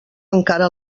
encara